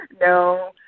no